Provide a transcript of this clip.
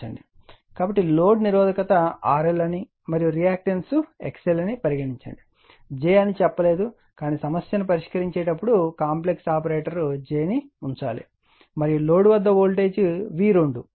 కాబట్టి లోడ్ నిరోధకత RL అని మరియు రియాక్టన్స్ XL అని పరిగణించండి j అని చెప్పలేదు కానీ సమస్యను పరిష్కరించేటప్పుడు కాంప్లెక్స్ ఆపరేటర్ j ను ఉంచాలి మరియు లోడ్ వద్ద వోల్టేజ్ V2 ఇది ఇక్కడ ఇవ్వబడింది